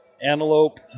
antelope